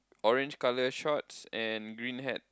orange colour shorts and green hat